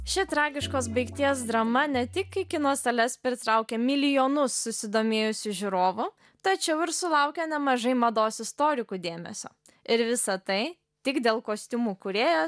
ši tragiškos baigties drama ne tik į kino sales pritraukė milijonus susidomėjusių žiūrovų tačiau ir sulaukė nemažai mados istorikų dėmesio ir visa tai tik dėl kostiumų kūrėjos